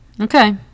okay